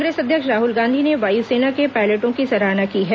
कांग्रेस अध्यक्ष राहुल गांधी ने वायुसेना के पायलटों की सराहना की है